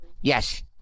Yes